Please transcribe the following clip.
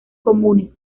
comunes